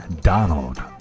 Donald